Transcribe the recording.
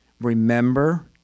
remember